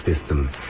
system